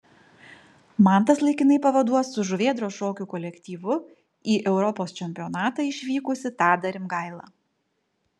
mantas laikinai pavaduos su žuvėdros šokių kolektyvu į europos čempionatą išvykusi tadą rimgailą